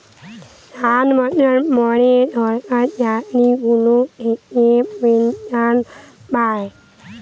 ষাট বছরের পর সরকার চাকরি গুলা থাকে পেনসন পায়